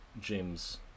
James